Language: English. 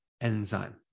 enzyme